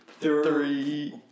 Three